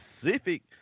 specific